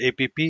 app